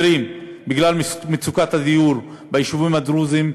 בגלל מצוקת הדיור ביישובים הדרוזיים,